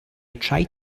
tried